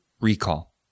recall